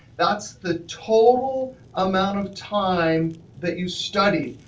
that's the total amount of time that you studied,